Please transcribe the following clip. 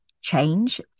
change